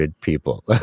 people